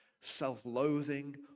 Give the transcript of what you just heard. self-loathing